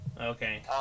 Okay